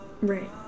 Right